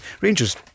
Rangers